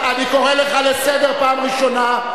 אני קורא לך לסדר פעם ראשונה.